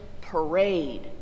parade